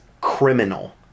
criminal